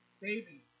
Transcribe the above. baby